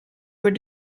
were